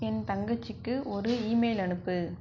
என் தங்கச்சிக்கு ஒரு இமெயில் அனுப்பு